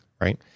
right